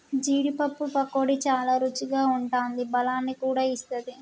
జీడీ పప్పు పకోడీ చాల రుచిగా ఉంటాది బలాన్ని కూడా ఇస్తది